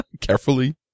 carefully